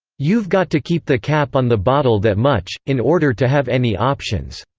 you've got to keep the cap on the bottle that much, in order to have any options.